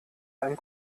einem